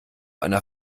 einer